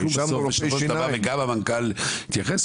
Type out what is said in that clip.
אנחנו --- המנכ"ל התייחס,